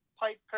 pipe